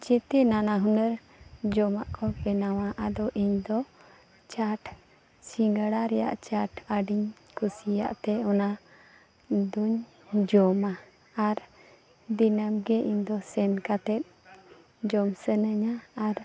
ᱡᱚᱛᱚ ᱱᱟᱱᱟᱼᱦᱩᱱᱟᱹᱨ ᱡᱚᱢᱟᱜ ᱠᱚ ᱵᱮᱱᱟᱣᱟ ᱟᱫᱚ ᱤᱧᱫᱚ ᱪᱟᱴ ᱥᱤᱸᱜᱟᱹᱲᱟ ᱨᱮᱭᱟᱜ ᱪᱟᱴ ᱟᱹᱰᱤᱧ ᱠᱩᱥᱤᱭᱟᱜᱛᱮ ᱚᱱᱟᱫᱚᱧ ᱡᱚᱢᱟ ᱟᱨ ᱫᱤᱱᱟᱹᱢᱜᱮ ᱤᱧᱫᱚ ᱥᱮᱱ ᱠᱟᱛᱮᱫ ᱡᱚᱢ ᱥᱟᱱᱟᱧᱟ